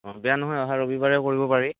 অঁ বেয়া নহয় আহা ৰবিবাৰে কৰিব পাৰি